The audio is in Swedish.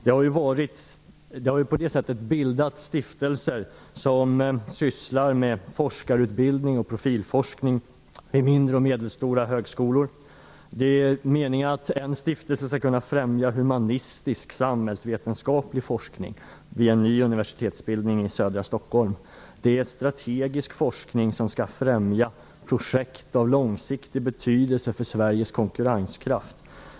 Det har bildats stiftelser som sysslar med forskarutbildning och profilforskning vid mindre och medelstora högskolor. Det är meningen att en stiftelse skall kunna främja humanistisk-samhällsvetenskaplig forskning vid en ny universitetsbildning i södra Stockholm. Det gäller strategisk forskning som skall främja projekt av långsiktig betydelse för Sveriges konkurrenskraft.